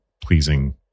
pleasing